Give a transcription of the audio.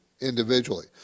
individually